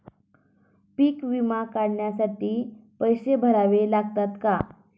पीक विमा काढण्यासाठी पैसे भरावे लागतात का?